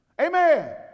Amen